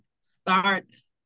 starts